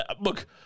look